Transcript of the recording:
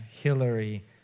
Hillary